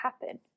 happen